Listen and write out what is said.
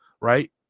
Right